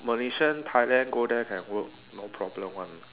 Malaysian Thailand go there can work no problem one